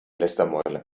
lästermäuler